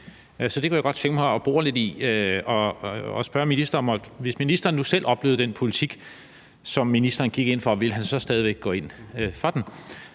Så det kunne jeg godt tænke mig at bore lidt i og spørge ministeren: Hvis ministeren nu selv oplevede den politik, som ministeren går ind for, ville han så stadig væk gå ind for den?